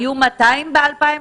היו 200 ב-2019?